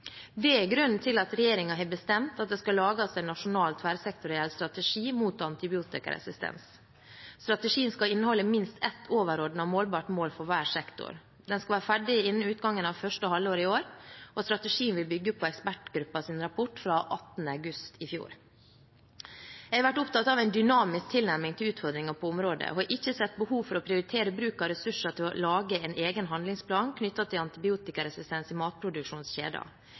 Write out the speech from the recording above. grunnen til at regjeringen har bestemt at det skal lages en nasjonal, tverrsektoriell strategi mot antibiotikaresistens. Strategien skal inneholde minst ett overordnet, målbart mål for hver sektor. Den skal være ferdig innen utgangen av første halvår i år. Strategien vil bygge på ekspertgruppens rapport fra 18. august i fjor. Jeg har vært opptatt av en dynamisk tilnærming til utfordringene på området og har ikke sett behov for å prioritere bruk av ressurser til å lage en egen handlingsplan knyttet til antibiotikaresistens i